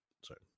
Sorry